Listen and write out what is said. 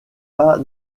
pas